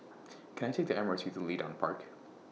Can I Take The M R T to Leedon Park